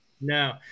No